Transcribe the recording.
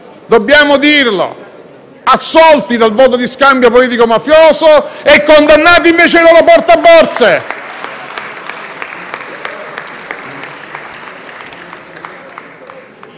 dobbiamo dirlo - assolti dal voto di scambio politico-mafioso e condannati, invece, i loro portaborse.